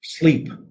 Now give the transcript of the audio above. Sleep